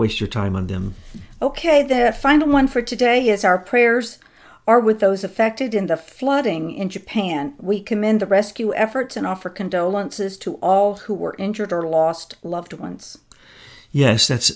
waste your time on them ok their final one for today is our prayers are with those affected in the flooding in japan we commend the rescue efforts and offer condolences to all who were injured or lost loved ones yes that's